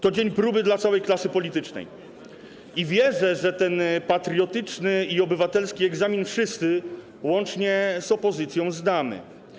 To dzień próby dla całej klasy politycznej i wierzę, że ten patriotyczny i obywatelski egzamin wszyscy, łącznie z opozycją, zdamy.